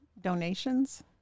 donations